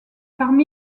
parmi